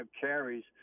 carries